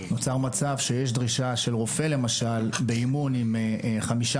נוצר מצב שיש דרישה של רופא למשל באימון עם חמישה